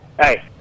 hey